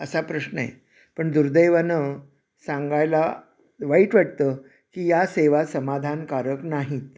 असा प्रश्न आहे पण दुर्दैवानं सांगायला वाईट वाटतं की या सेवा समाधानकारक नाहीत